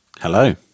hello